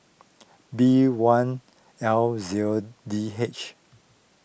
B one L zero D H